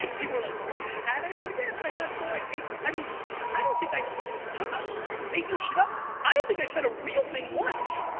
people were like, you had it? like yeah, it's my dad's store i taste it. i mean i don't think i talk about making shit up, i don't think i said a real thing once.